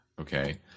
Okay